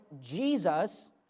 jesus